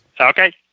Okay